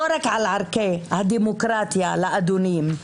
לא רק על ערכי הדמוקרטיה לאדונים,